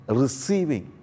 receiving